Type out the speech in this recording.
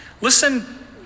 Listen